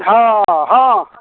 हँ हँ